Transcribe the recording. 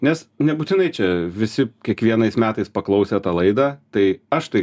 nes nebūtinai čia visi kiekvienais metais paklausė tą laidą tai aš tai